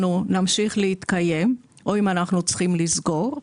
נמשיך להתקיים או אם אנחנו צריכים לסגור.